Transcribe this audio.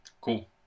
Cool